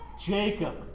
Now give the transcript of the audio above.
Jacob